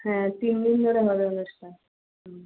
হ্যাঁ তিনদিন ধরে হবে অনুষ্ঠান হুম